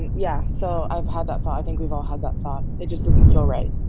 yeah. so i've had that thought. i think we've all had that thought. it just doesn't feel right.